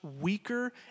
weaker